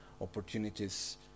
opportunities